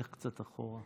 לך קצת אחורה.